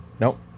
nope